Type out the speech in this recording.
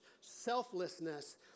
selflessness